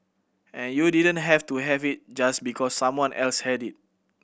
and you didn't have to have it just because someone else had it